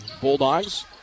Bulldogs